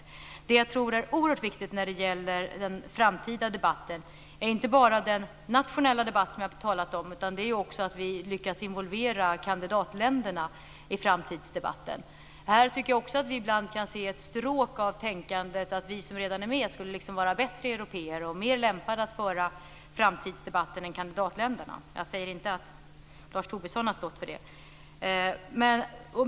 Det som jag tror är oerhört viktigt när det gäller den framtida debatten är inte bara den nationella debatt som jag har talat om utan också att vi lyckas involvera kandidatländerna i framtidsdebatten. Här tycker jag också att vi ibland kan se ett stråk av tänkande om att vi som redan är med skulle vara bättre européer och mer lämpade att föra framtidsdebatten än kandidatländerna - jag säger dock inte att Lars Tobisson har stått för det.